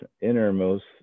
innermost